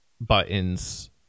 buttons